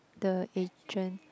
the agent